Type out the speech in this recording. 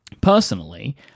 personally